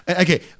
Okay